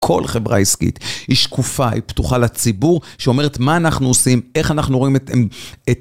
כל חברה עסקית היא שקופה, היא פתוחה לציבור, שאומרת מה אנחנו עושים, איך אנחנו רואים את...